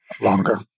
Longer